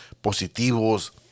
positivos